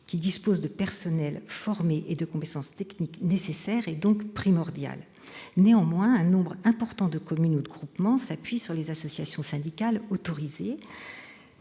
qui disposent de personnels formés et des compétences techniques nécessaires, est donc primordial. Néanmoins, un nombre important de communes ou de groupements s'appuient sur les associations syndicales autorisées,